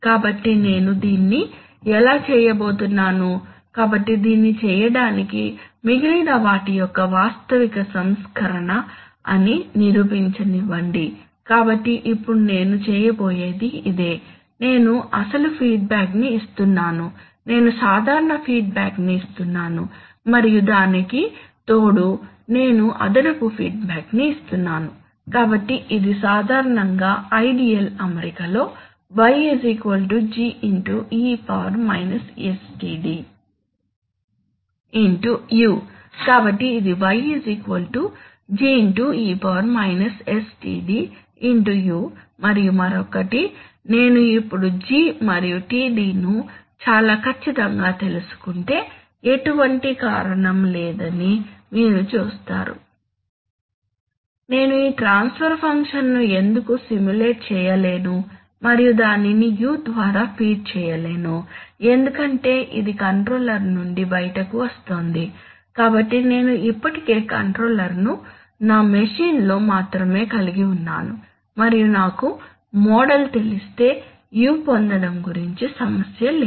కాబట్టి నేను దీన్ని ఎలా చేయబోతున్నాను కాబట్టి దీన్ని చేయటానికి మిగిలిన వాటి యొక్క వాస్తవిక సంస్కరణ అని నిరూపించనివ్వండి కాబట్టి ఇప్పుడు నేను చేయబోయేది ఇదే నేను అసలు ఫీడ్బ్యాక్ ని ఇస్తున్నాను నేను సాధారణ ఫీడ్బ్యాక్ ని ఇస్తున్నాను మరియు దానికి తోడు నేను అదనపు ఫీడ్బ్యాక్ ని ఇస్తున్నాను కాబట్టి ఇది సాధారణంగా ఐడియల్ అమరికలో y G e sTd U కాబట్టి ఇది y G e sTd U మరియు మరొకటి నేను ఇప్పుడు G మరియు Td ను చాలా ఖచ్చితంగా తెలుసుకుంటే ఎటువంటి కారణం లేదని మీరు చూస్తారు నేను ఈ ట్రాన్స్ఫర్ ఫంక్షన్ను ఎందుకు సిములేట్ చేయలేను మరియు దానిని U ద్వారా ఫీడ్ చేయలేను ఎందుకంటే ఇది కంట్రోలర్ నుండి బయటకు వస్తోంది కాబట్టి నేను ఇప్పటికే కంట్రోలర్ను నా మెషీన్లో మాత్రమే కలిగి ఉన్నాను మరియు నాకు మోడల్ తెలిస్తే U పొందడం గురించి సమస్య లేదు